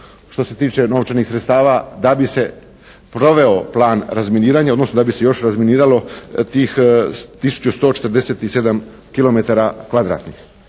što se tiče novčanih sredstava da bi se proveo plan razminiranja, odnosno da bi se još razminiralo tih tisuću